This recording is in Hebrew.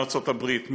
מארצות הברית,